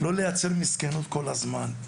לא לייצר מסכנות כל הזמן,